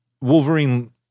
Wolverine